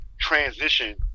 transition